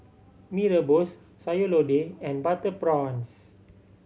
Mee Rebus Sayur Lodeh and butter prawns